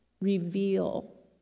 reveal